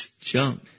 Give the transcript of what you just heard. junk